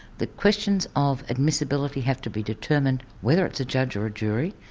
the questions of admissibility have to be determined, whether it's a judge or a jury.